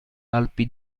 alpi